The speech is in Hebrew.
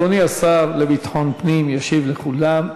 אדוני השר לביטחון פנים ישיב לכולם,